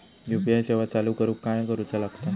UPI सेवा चालू करूक काय करूचा लागता?